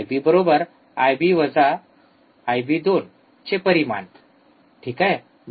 IB बरोबर IB १ वजा IB २ चे परिमाण mod ठीक आहे